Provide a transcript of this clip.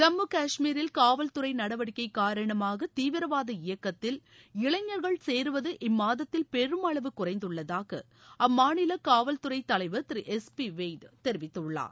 ஜம்மு கஷ்மீரில் காவல்துறை நடவடிக்கை காரணமாக தீவிரவாத இயக்கத்தில் இளைஞர்கள் சேருவது இம்மாதத்தில் பெருமளவு குறைந்துள்ளதாக அம்மாநில காவல்துறை தலைவா திரு எஸ் பி கவேய்டு தெரிவித்துள்ளார்